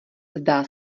zdá